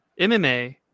MMA